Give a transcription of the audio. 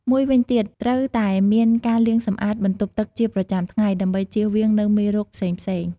មួយវិញទៀតត្រូវតែមានការលាងសម្អាតបន្ទប់ទឹកជាប្រចាំថ្ងៃ ដើម្បីជៀសវាងនូវមេរោគផ្សេងៗ។